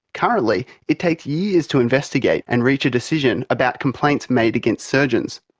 currently it takes years to investigate and reach a decision about complaints made against surgeons.